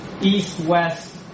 east-west